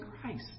Christ